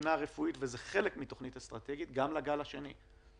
מבחינה רפואית וזה חלק מתוכנית אסטרטגית גם לגל השני.